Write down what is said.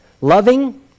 Loving